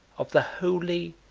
of the holy,